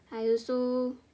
I also